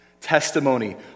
testimony